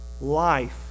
Life